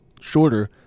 shorter